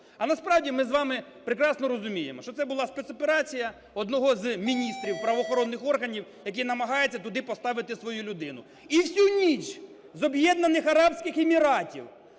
А насправді ми з вами прекрасно розуміємо, що це була спецоперація одного з міністрів правоохоронних органів, який намагається туди поставити свою людину. І всю ніч з Об'єднаних Арабських Еміратів